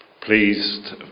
pleased